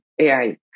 AI